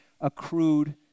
accrued